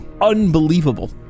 unbelievable